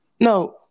No